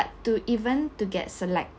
to even to get select~